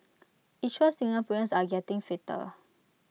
IT shows Singaporeans are getting fitter